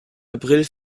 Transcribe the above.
april